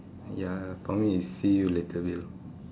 ya for me is see you later Bill